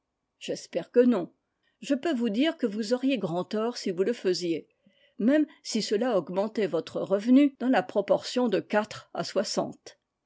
j'espère que non je peux vous dire quej vous auriez grand tort si vous le faisiez même si i cela augmentait votre revenu dans la proportion de quatre à soixante